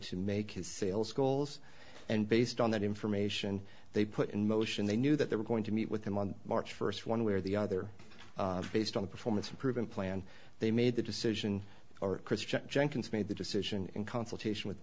to make his sales goals and based on that information they put in motion they knew that they were going to meet with him on march first one way or the other based on the performance improvement plan they made the decision or christian jenkins made the decision in consultation with